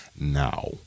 now